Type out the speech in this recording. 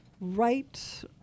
right